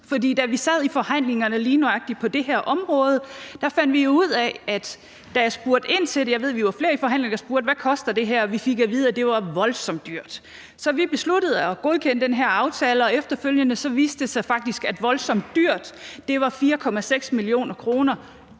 for da vi sad i forhandlingerne lige nøjagtig på det her område, fik vi at vide, da jeg spurgte ind til, hvad det kostede, og vi var flere i forhandlingerne, der spurgte ind til det, at det var voldsomt dyrt. Så vi besluttede at godkende den her aftale, og efterfølgende viste det sig faktisk, at »voldsomt dyrt« var 4,6 mio. kr.